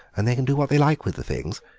and they can do what they like with the things.